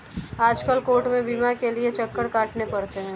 आजकल कोर्ट में बीमा के लिये चक्कर काटने पड़ते हैं